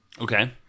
Okay